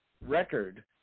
record